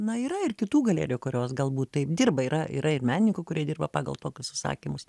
na yra ir kitų galerijų kurios galbūt taip dirba yra yra ir menininkų kurie dirba pagal tokius užsakymus